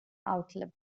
outlive